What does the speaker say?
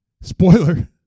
Spoiler